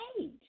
age